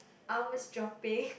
arms dropping